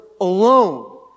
alone